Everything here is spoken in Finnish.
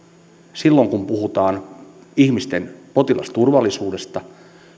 silloin kun puhutaan ihmisten potilasturvallisuudesta